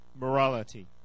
morality